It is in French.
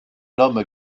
nomme